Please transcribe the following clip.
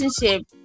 relationship